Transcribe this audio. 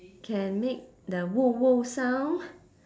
can make the woof woof sound